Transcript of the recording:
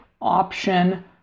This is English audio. option